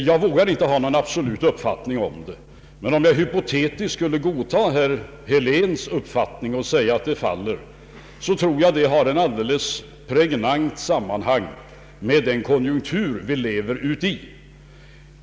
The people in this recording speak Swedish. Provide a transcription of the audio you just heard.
Jag vågar inte ha någon absolut uppfattning om det, men om jag hypotetiskt skulle godta herr Heléns uppfattning och säga att det minskar, så tror jag att detta har ett alldeles pregnant sammanhang med den konjunktur vi lever i.